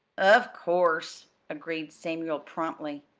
of course, agreed samuel promptly.